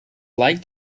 light